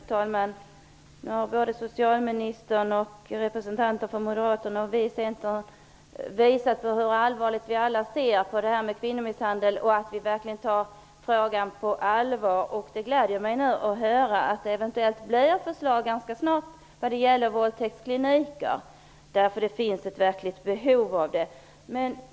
Herr talman! Nu har både socialministern, representanter från Moderaterna och vi i Centern visat på hur allvarligt vi alla ser på kvinnomisshandel och att vi verkligen tar frågan på allvar. Det gläder mig att höra att det eventuellt kommer ett förslag ganska snart när det gäller våldtäktskliniker, eftersom behovet är stort.